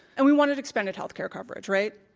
and we wanted expanded health care coverage, right?